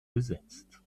besetzt